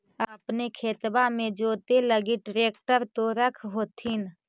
अपने खेतबा मे जोते लगी ट्रेक्टर तो रख होथिन?